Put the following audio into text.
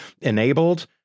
enabled